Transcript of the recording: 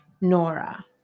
Nora